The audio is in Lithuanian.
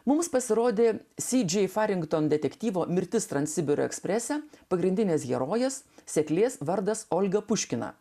mums pasirodė sy džei farington detektyvo mirtis transsibiro eksprese pagrindinis herojus seklės vardas olga puškina